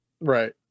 Right